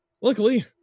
Luckily